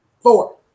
four